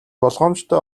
болгоомжтой